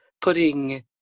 putting